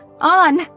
on